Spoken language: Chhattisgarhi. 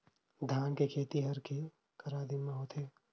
धान के खेती हर के करा दिन म होथे?